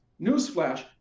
newsflash